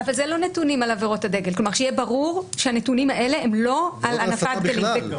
שיהיה ברור שאלה לא נתונים על הנפת דגלים.